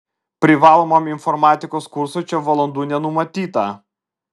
privalomam informatikos kursui čia valandų nenumatyta